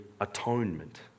atonement